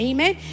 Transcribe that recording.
Amen